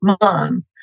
mom